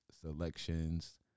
selections